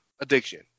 addiction